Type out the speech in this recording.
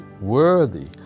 worthy